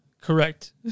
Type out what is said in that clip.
Correct